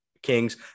Kings